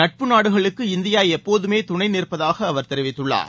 நட்பு நாடுகளுக்கு இந்தியா எப்போதுமே துணை நிற்பதாக அவர் தெரிவித்துள்ளார்